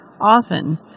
Often